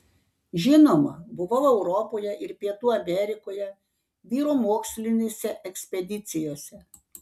žinoma buvau europoje ir pietų amerikoje vyro mokslinėse ekspedicijose